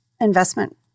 investment